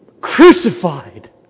crucified